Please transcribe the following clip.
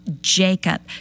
Jacob